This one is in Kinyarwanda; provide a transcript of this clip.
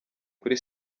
kuri